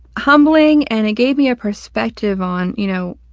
humbling and it gave me a perspective on, you know,